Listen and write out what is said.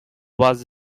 was